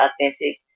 authentic